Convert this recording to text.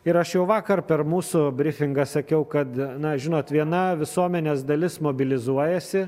ir aš jau vakar per mūsų brifingą sakiau kad na žinot viena visuomenės dalis mobilizuojasi